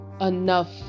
enough